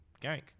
gank